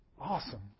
awesome